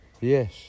yes